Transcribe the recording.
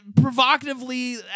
provocatively